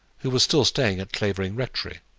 who was still staying at clavering rectory